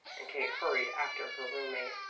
and kate hurried after her roommate.